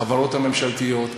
החברות הממשלתיות,